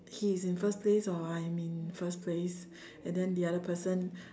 he's in first place or I'm in first place and then the other person